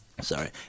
Sorry